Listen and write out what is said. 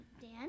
Dan